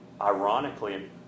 ironically